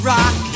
Rock